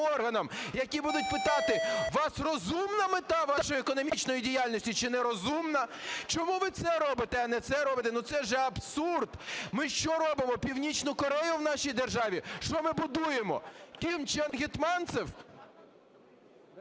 органам, які будуть питати: у вас розумна мета вашої економічної діяльності чи не розумна, чому ви це робите, а не це робите. Ми що робимо Північну Корею в нашій державі? Що ми будуємо - Ким Чен Гетманцев?